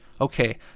Okay